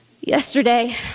Yesterday